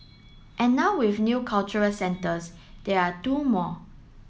and now with new cultural centres there are two more